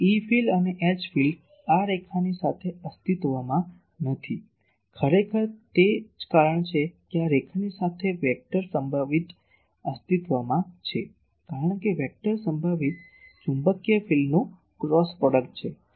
તેથી E field અને H field આ રેખાની સાથે અસ્તિત્વમાં નથી ખરેખર તે જ કારણ છે કે આ રેખાની સાથે વેક્ટર સંભવિત અસ્તિત્વમાં છે કારણ કે વેક્ટર સંભવિત ચુંબકીય ફિલ્ડનું ક્રોસ પ્રોડક્ટ છે